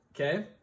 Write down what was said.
okay